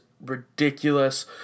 ridiculous